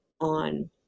on